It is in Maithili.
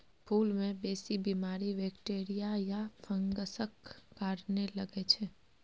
फुल मे बेसी बीमारी बैक्टीरिया या फंगसक कारणेँ लगै छै